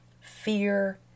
fear